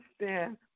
understand